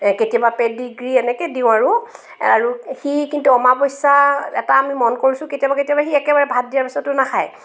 কেতিয়াবা পেডিগ্ৰি এনেকৈ দিওঁ আৰু আৰু সি কিন্তু অমাৱস্যা এটা আমি মন কৰিছোঁ কেতিয়াবা কেতিয়াবা সি একেবাৰে ভাত দিয়াৰ পিছতো নাখায়